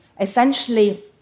essentially